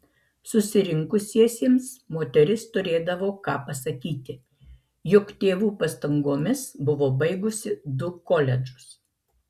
susirinkusiesiems moteris turėdavo ką pasakyti juk tėvų pastangomis buvo baigusi du koledžus